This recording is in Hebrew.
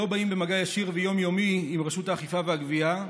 לא באים במגע ישיר ויום-יומי עם רשות האכיפה והגבייה,